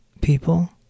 people